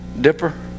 dipper